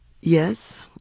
Yes